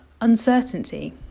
uncertainty